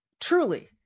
truly